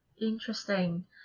Interesting